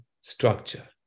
structure